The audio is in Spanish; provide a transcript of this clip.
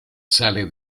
sale